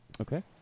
Okay